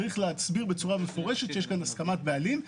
צריך להסביר בצורה מפורשת שיש כאן הסכמת בעלים.